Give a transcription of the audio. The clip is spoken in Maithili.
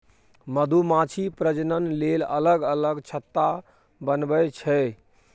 मधुमाछी प्रजनन लेल अलग अलग छत्ता बनबै छै